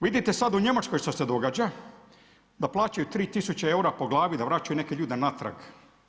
Vidite sada u Njemačkoj što se događa da plaćaju 3 tisuće eura po glavi da vraćaju neke ljude natrag.